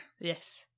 Yes